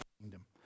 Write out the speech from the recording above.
kingdom